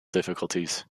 difficulties